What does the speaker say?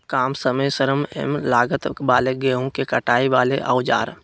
काम समय श्रम एवं लागत वाले गेहूं के कटाई वाले औजार?